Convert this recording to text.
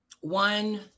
one